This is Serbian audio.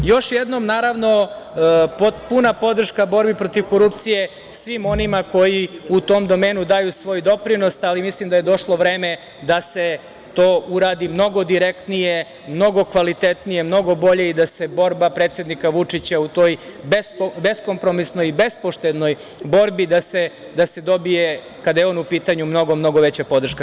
Još jednom puna podrška borbi protiv korupcije svima onima koji u tom domenu daju svoj doprinos, ali mislim da je došlo vreme da se to uradi mnogo direktnije, mnogo kvalitetnije, mnogo bolje i da se borba predsednika Vučića u toj beskompromisnoj i bespoštednoj borbi da se dobije, kada je on u pitanju, mnogo, mnogo veća podrška.